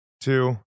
two